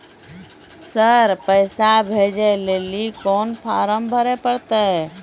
Sir पैसा भेजै लेली कोन फॉर्म भरे परतै?